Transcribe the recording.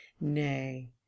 nay